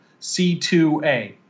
C2A